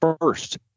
first